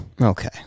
Okay